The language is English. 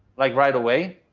like right away,